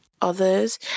others